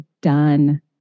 done